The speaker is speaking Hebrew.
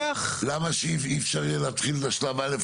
למה אי-אפשר להתחיל עם זה בשלב א'?